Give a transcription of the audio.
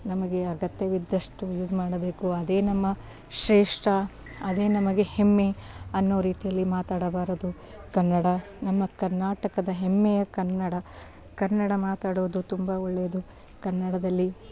ನಮಗೆ ಅಗತ್ಯವಿದ್ದಷ್ಟು ಯೂಸ್ ಮಾಡಬೇಕು ಅದೇ ನಮ್ಮ ಶ್ರೇಷ್ಠ ಅದೇ ನಮಗೆ ಹೆಮ್ಮೆ ಅನ್ನೋ ರೀತಿಯಲ್ಲಿ ಮಾತಾಡಬಾರದು ಕನ್ನಡ ನಮ್ಮ ಕರ್ನಾಟಕದ ಹೆಮ್ಮೆಯ ಕನ್ನಡ ಕನ್ನಡ ಮಾತಾಡೋದು ತುಂಬ ಒಳ್ಳೇದು ಕನ್ನಡದಲ್ಲಿ